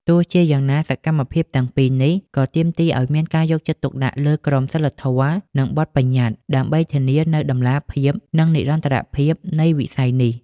ទោះជាយ៉ាងណា សកម្មភាពទាំងពីរនេះក៏ទាមទារឲ្យមានការយកចិត្តទុកដាក់លើ ក្រមសីលធម៌ និងបទប្បញ្ញត្តិ ដើម្បីធានានូវតម្លាភាព និងនិរន្តរភាពនៃវិស័យនេះ។